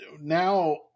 now